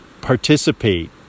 participate